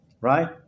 right